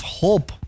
hope